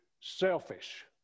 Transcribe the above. selfish